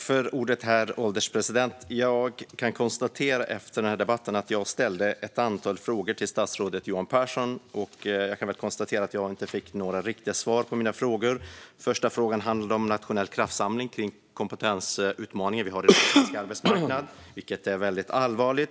Herr ålderspresident! Jag ställde ett antal frågor till statsrådet Johan Pehrson och kan konstatera att jag inte har fått några riktiga svar på dem. Min första fråga handlade om en nationell kraftsamling för den allvarliga kompetensutmaning vi har på svensk arbetsmarknad.